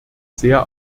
sehr